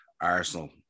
Arsenal